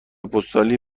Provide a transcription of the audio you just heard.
پستالی